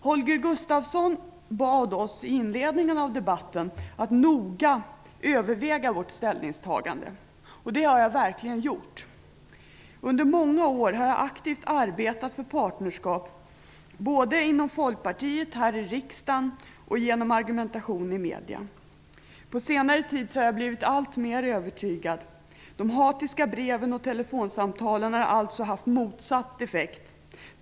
Holger Gustafsson bad oss i inledningen av debatten att noga överväga vårt ställningstagande. Det har jag verkligen gjort. Under många år har jag aktivt arbetat för partnerskap, både inom Folkpartiet här i riksdagen och genom argumentation i medierna. På senare tid har jag blivit alltmer övertygad. De hatiska breven och telefonsamtalen har alltså haft motsatt effekt.